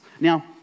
Now